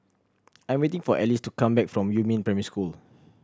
I'm waiting for Ellis to come back from Yumin Primary School